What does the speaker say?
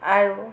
আৰু